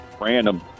random